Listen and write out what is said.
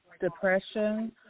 depression